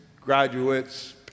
graduates